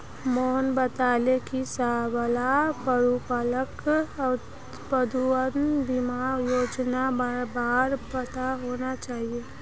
मोहन बताले कि सबला पशुपालकक पशुधन बीमा योजनार बार पता होना चाहिए